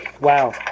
Wow